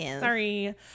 Sorry